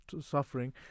suffering